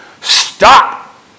stop